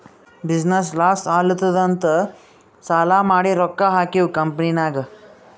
business loss ಆಲಾತ್ತುದ್ ಅಂತ್ ಸಾಲಾ ಮಾಡಿ ರೊಕ್ಕಾ ಹಾಕಿವ್ ಕಂಪನಿನಾಗ್